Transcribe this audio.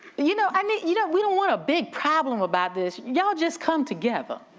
you know i mean you know, we don't want a big problem about this. y'all just come together,